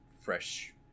fresh